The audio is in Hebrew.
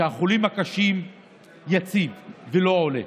שמספר החולים הקשים יציב ולא עולה.